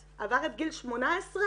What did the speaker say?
וחושפים הרבה יוזמות שצומחות מהשטח